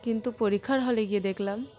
কিন্তু পরীক্ষার হলে গিয়ে দেখলাম